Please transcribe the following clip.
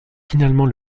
finalement